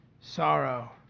sorrow